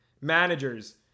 managers